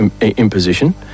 imposition